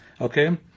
okay